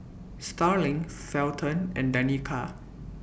Starling Felton and Danica